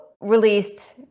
released